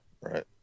right